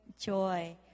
joy